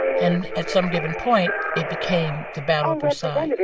and at some given point, it became the battle of versailles.